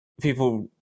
people